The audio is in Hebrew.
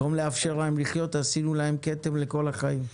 במקום לאפשר להם לחיות עשינו להם כתם לכל החיים.